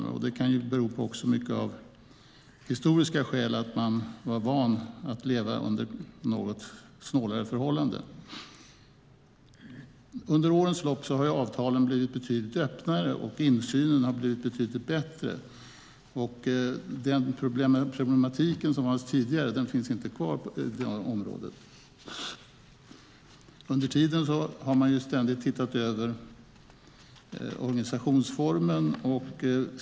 Det kan ha historiska skäl. Man var van att leva under något snålare förhållanden. Under årens lopp har avtalen blivit betydligt öppnare och insynen har blivit betydligt bättre. Det problem som fanns tidigare finns inte kvar. Under tiden har man ständigt tittat över organisationsformen.